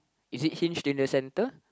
is it hinged in the centre